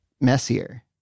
messier